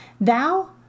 thou